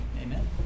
Amen